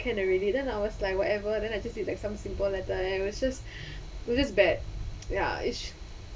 can already then I was like whatever then I just did like some simple letter and it was just it was just bad ya it's